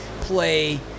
play